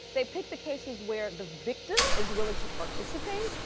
they pick the cases where the victim is willing to participate,